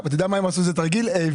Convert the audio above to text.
איזה תרגיל הם עשו?